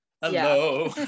hello